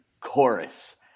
chorus